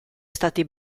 estati